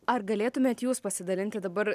ar galėtumėt jūs pasidalinti dabar